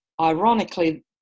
Ironically